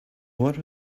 what